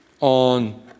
on